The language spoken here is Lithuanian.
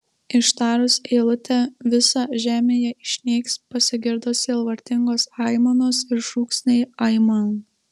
ištarus eilutę visa žemėje išnyks pasigirdo sielvartingos aimanos ir šūksniai aiman